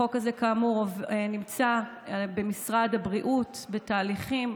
החוק הזה, כאמור, נמצא במשרד הבריאות בתהליכים.